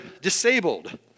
disabled